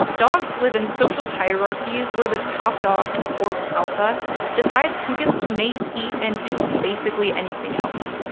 dogs live in social hierarchies where the top dog or alpha decides who gets to mate, eat, and do basically anything else.